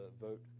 vote